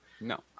No